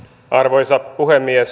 arvoisa puhemies